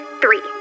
three